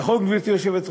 נכון, גברתי היושבת-ראש,